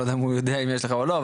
לא יודע אם הוא יודע אם יש לך או לא,